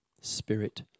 spirit